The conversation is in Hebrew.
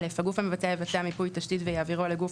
הגוף המבצע יבצע מיפוי תשתית ויעבירו לגוף